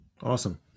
Awesome